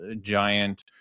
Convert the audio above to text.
giant